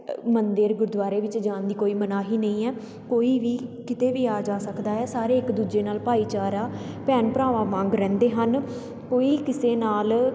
ਮੰਦਰ ਗੁਰਦੁਆਰੇ ਵਿੱਚ ਜਾਣ ਦੀ ਕੋਈ ਮਨਾਹੀ ਨਹੀਂ ਹੈ ਕੋਈ ਵੀ ਕਿਤੇ ਵੀ ਆ ਜਾ ਸਕਦਾ ਹੈ ਸਾਰੇ ਇੱਕ ਦੂਜੇ ਨਾਲ ਭਾਈਚਾਰਾ ਭੈਣ ਭਰਾਵਾਂ ਵਾਂਗ ਰਹਿੰਦੇ ਹਨ ਕੋਈ ਕਿਸੇ ਨਾਲ